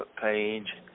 page